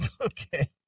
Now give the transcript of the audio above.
Okay